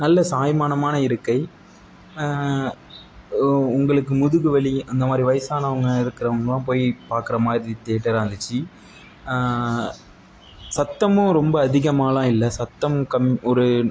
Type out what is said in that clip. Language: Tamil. நல்ல சாய்மானமான இருக்கை உ உங்களுக்கு முதுகு வலி அந்த மாதிரி வயசானவங்க இருக்கிறவங்களாம் போய் பார்க்குற மாதிரி தியேட்டரா இருந்துச்சி சத்தமும் ரொம்ப அதிகமாவெலாம் இல்லை சத்தம் கம் ஒரு